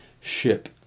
ship